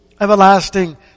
everlasting